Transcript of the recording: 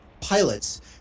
pilots